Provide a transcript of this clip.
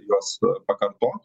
juos pakartot